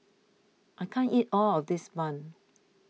I can't eat all of this Bun